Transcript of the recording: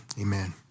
amen